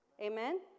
amen